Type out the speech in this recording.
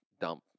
dump